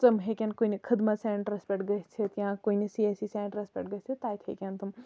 تٔمۍ ہٮ۪کَن کٲنسہِ خدمَت سینٹرَس پٮ۪ٹھ گٔژھتھ یا کُنہِ سی ایس سی سیٚنٹرس پٮ۪ٹھ گٔژھتھ تَتہِ ہٮ۪کَن تِم